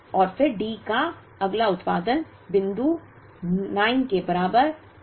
और फिर D का अगला उत्पादन बिंदु 9 के बराबर समय पर शुरू होगा